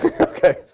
Okay